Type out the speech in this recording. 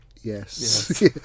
Yes